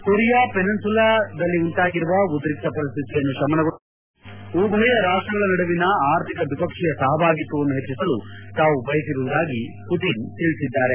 Korea ಪೆನಿನ್ಲಲಾದಲ್ಲಿ ಉಂಟಾಗಿರುವ ಉದ್ರಿಕ್ತ ಪರಿಸ್ವಿತಿಯನ್ನು ಶಮನಗೊಳಿಸಲು ಹಾಗೂ ಉಭಯ ರಾಷ್ಟಗಳ ನಡುವಿನ ಆರ್ಥಿಕ ದ್ವಿಪಕ್ಷೀಯ ಸಹಭಾಗಿತ್ವವನ್ನು ಹೆಚ್ಚಿಸಲು ತಾವು ಬಯಸಿರುವುದಾಗಿ ಪುಟಿನ್ ಹೇಳಿದ್ಗಾರೆ